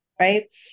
Right